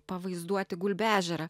pavaizduoti gulbių ežerą